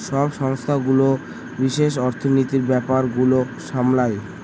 সব সংস্থাগুলো বিশেষ অর্থনীতির ব্যাপার গুলো সামলায়